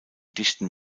dichten